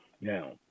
Now